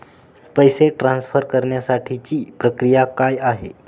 पैसे ट्रान्सफर करण्यासाठीची प्रक्रिया काय आहे?